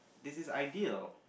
this is ideal